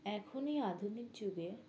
এখন এই আধুনিক যুগে